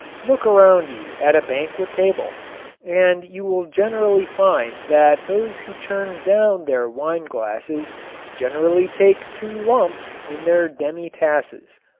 look around you at a banquet table and you will generally find that those who turn down their wine glasses generally take two lumps in their demi-tasses.